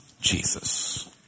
Jesus